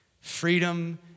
Freedom